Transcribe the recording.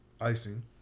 icing